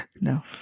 No